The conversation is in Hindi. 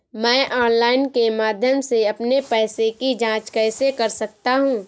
मैं ऑनलाइन के माध्यम से अपने पैसे की जाँच कैसे कर सकता हूँ?